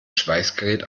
schweißgerät